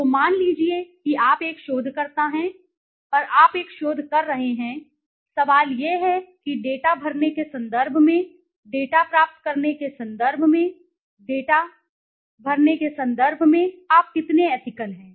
तो मान लीजिए कि आप एक शोधकर्ता हैं और आप एक शोध कर रहे हैं सवाल यह है कि डेटा भरने के संदर्भ में डेटा प्राप्त करने के संदर्भ में डेटा भरने के संदर्भ में आप कितने एथिकल हैं